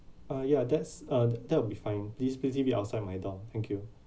uh yeah that's uh that'll be fine please please leave it outside my door thank you